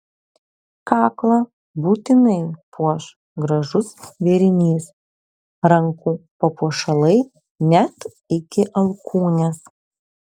kaklą būtinai puoš gražus vėrinys rankų papuošalai net iki alkūnės